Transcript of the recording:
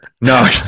No